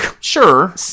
Sure